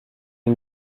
منو